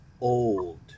old